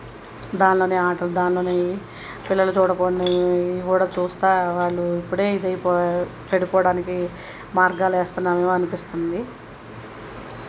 దానిలో ఆటలు దానిలో పిల్లలు చూడకూడనివి కూడా చూస్తు వాళ్ళు ఇప్పుడే ఇది అయిపోయారు చెడిపోవడానికి మార్గాలు వేస్తున్నాం ఏమో అనిపిస్తుంది